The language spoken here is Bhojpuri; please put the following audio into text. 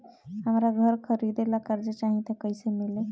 हमरा घर खरीदे ला कर्जा चाही त कैसे मिली?